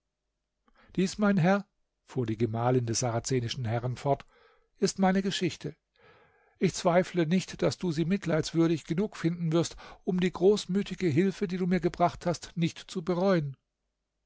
dies mein herr fuhr die gemahlin des sarazenischen herrn fort ist meine geschichte ich zweifle nicht daß du sie mitleidswürdig genug finden wirst um die großmütige hilfe die du mir gebracht hast nicht zu bereuen